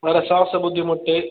വേറെ ശ്വാസ ബുദ്ധിമുട്ട്